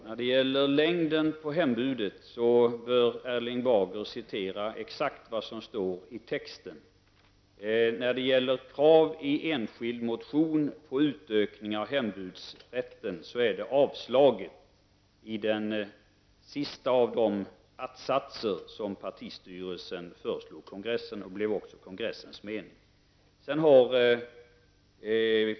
Herr talman! När det gäller hembudsskyldighetens längd bör Erling Bager citera exakt vad som står i texten. Krav i enskild motion på utökningar av hembudsrätten har avslagits i den sista att-satsen som partistyrelsen föreslog kongressen, vilket också blev kongressens mening.